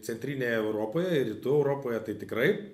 centrinėje europoje ir rytų europoje tai tikrai